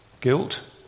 guilt